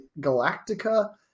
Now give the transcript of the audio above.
Galactica